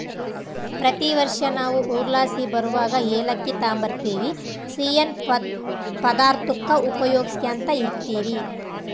ಪ್ರತಿ ವರ್ಷ ನಾವು ಊರ್ಲಾಸಿ ಬರುವಗ ಏಲಕ್ಕಿ ತಾಂಬರ್ತಿವಿ, ಸಿಯ್ಯನ್ ಪದಾರ್ತುಕ್ಕ ಉಪಯೋಗ್ಸ್ಯಂತ ಇರ್ತೀವಿ